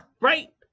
right